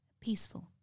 Peaceful